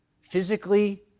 physically